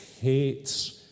hates